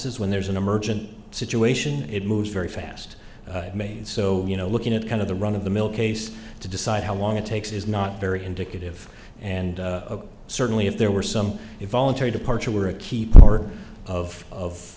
es when there's an emergent situation it moves very fast main so you know looking at kind of the run of the mill case to decide how long it takes is not very indicative and certainly if there were some involuntary departure were a key part of